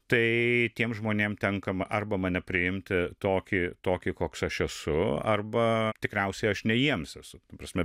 tai tiem žmonėm tenka arba mane priimti tokį tokį koks aš esu arba tikriausiai aš ne jiems esu prasme